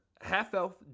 half-elf